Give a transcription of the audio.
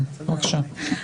טליה, בבקשה.